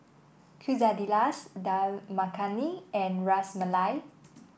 Quesadillas Dal Makhani and Ras Malai